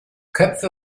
köpfe